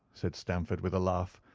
said stamford with a laugh.